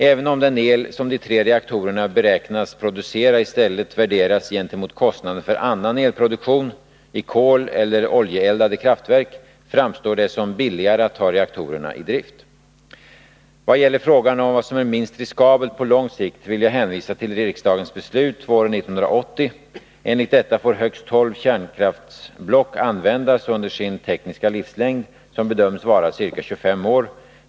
Även om den el som de tre reaktorerna beräknas producera i stället värderas gentemot kostnaden för annan elproduktion, i koleller oljeeldade kraftverk, framstår det som billigare att ta reaktorerna i drift. Vad gäller frågan om vad som är minst riskabelt på lång sikt vill jag hänvisa till riksdagens beslut våren 1980. Enligt detta får högst 12 kärnkraftsblock användas under sin tekniska livslängd, som bedöms vara ca 25 år.